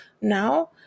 Now